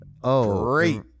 great